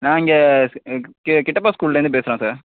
நான் இங்கே கிட்டப்பா ஸ்கூலேருந்து பேசுறேன் சார்